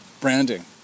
Branding